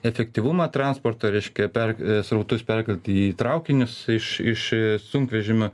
efektyvumą transporto reiškia per srautus perkelti į traukinius iš iš į sunkvežimių